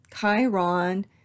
Chiron